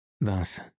Thus